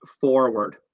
forward